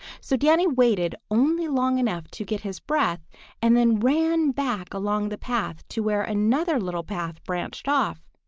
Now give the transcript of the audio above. so danny waited only long enough to get his breath and then ran back along the path to where another little path branched off.